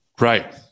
Right